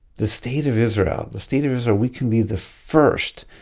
the state of israel, the state of israel, we can be the first,